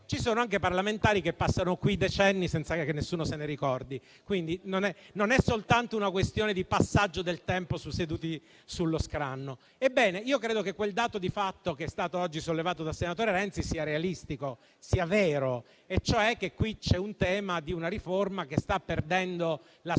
Ci sono anche i parlamentari che passano qui decenni senza che nessuno se ne ricordi. Quindi, non è soltanto una questione di passaggio del tempo seduti sullo scranno. Ebbene, credo che quel dato di fatto che è stato oggi sollevato dal senatore Renzi sia realistico, sia vero, e cioè qui c'è il tema di una riforma che sta perdendo la sua